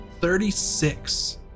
Thirty-six